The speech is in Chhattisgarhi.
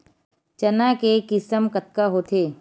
चना के किसम कतका होथे?